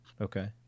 Okay